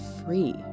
free